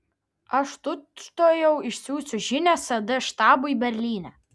aš tučtuojau išsiųsiu žinią sd štabui berlyne